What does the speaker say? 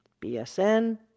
BSN